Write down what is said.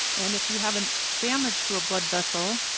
and if you have and damage to a blood vessel,